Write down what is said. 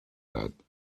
that